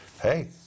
Hey